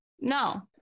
no